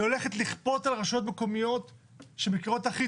היא הולכת לכפות על רשויות מקומיות שמכירות הכי